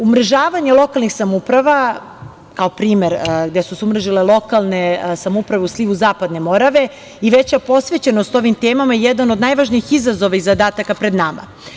Umrežavanje lokalnih samouprava, kao primer gde su se umrežile lokalne samouprave u slivu Zapadne Morave, i veća posvećenost ovim temama je jedan od najvažnijih izazova i zadataka pred nama.